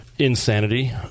Insanity